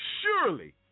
Surely